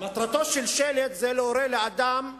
מטרתו של שלט היא להראות לאדם היכן,